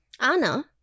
Anna